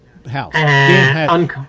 house